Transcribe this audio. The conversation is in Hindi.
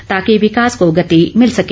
ताकि विकास को गति मिल सके